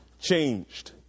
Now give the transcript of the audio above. changed